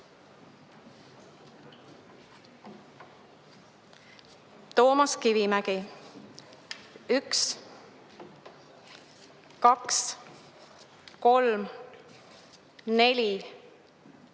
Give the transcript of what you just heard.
Toomas Kivimägi: 1, 2, 3, 4, 5,